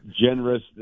generous